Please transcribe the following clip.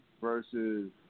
versus